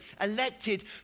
elected